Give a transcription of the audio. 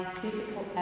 physical